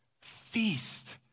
Feast